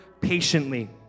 patiently